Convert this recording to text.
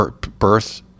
birth